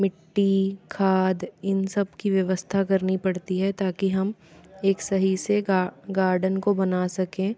मिट्टी खाद इन सबकी व्यवस्था करनी पड़ती है ताकि हम एक सही से गार्डन को बना सकें